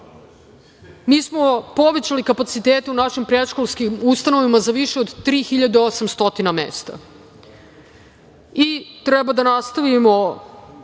mi smo povećali kapacitete u našim predškolskim ustanovama za više od 3.800 mesta. Treba da nastavimo